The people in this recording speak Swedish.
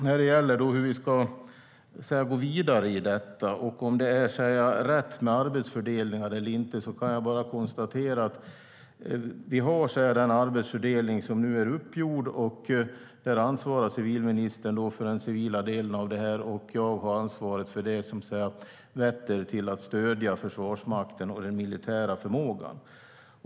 När det gäller hur vi ska gå vidare och om arbetsfördelningen är rätt eller inte kan jag bara konstatera att vi har den arbetsfördelning som nu är uppgjord, och där ansvarar civilministern för den civila delen, medan jag har ansvaret för det som vetter till att stödja Försvarsmakten och den militära förmågan.